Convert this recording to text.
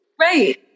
right